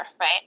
right